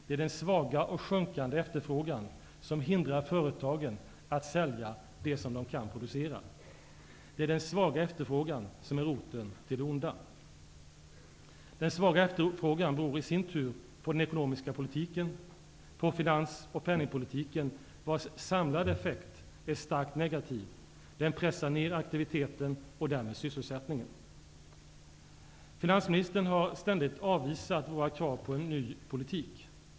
Det är den svaga och sjunkande efterfrågan som hindrar företagen att sälja det som de kan producera. Det är den svaga efterfrågan som är roten till det onda. Den svaga efterfrågan beror i sin tur på den ekonomiska politiken, på finans och penningpolitiken, vars samlade effekt är starkt negativ. Den pressar ner aktiviteten och därmed sysselsättningen. Finansministern har ständigt avvisat våra krav på en ny politik.